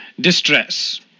Distress